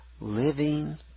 living